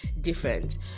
different